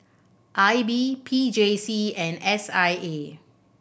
I B P J C and S I A